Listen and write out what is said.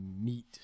meat